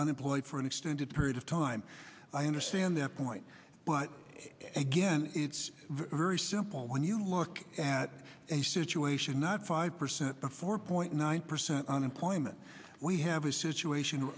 unemployed for an extended period of time i understand their point but again it's very simple when you look at a situation not five percent before point nine percent unemployment we have a situation